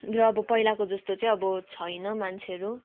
र अब पहिलाको जस्तो चाहिँ अब छैन मान्छेहरू